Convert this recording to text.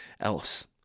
else